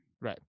Right